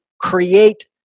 create